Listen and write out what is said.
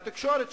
התקשורת,